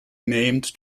named